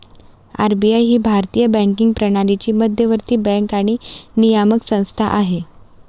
RBI ही भारतीय banking प्रणालीची मध्यवर्ती बँक आणि नियामक संस्था आहे